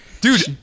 Dude